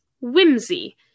whimsy